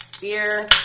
beer